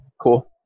Cool